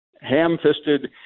ham-fisted